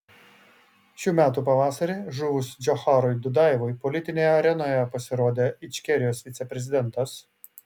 šių metų pavasarį žuvus džocharui dudajevui politinėje arenoje pasirodė ičkerijos viceprezidentas